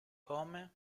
come